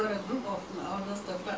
go by ship lah